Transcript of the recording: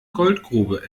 goldgrube